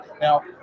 now